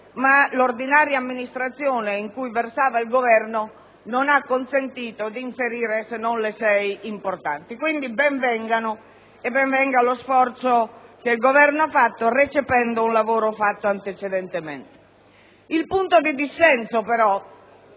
ma l'ordinaria amministrazione in cui versava il Governo non ha consentito di inserire se non le sei importanti. Pertanto, ben vengano queste misure e ben venga lo sforzo che il Governo ha compiuto, recependo un lavoro fatto antecedentemente. Il punto di dissenso, però,